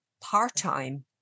part-time